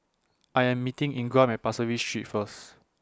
I Am meeting Ingram At Pasir Ris Street First